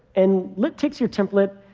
and lit takes your template,